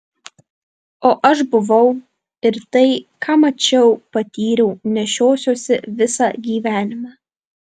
o aš buvau ir tai ką mačiau patyriau nešiosiuosi visą gyvenimą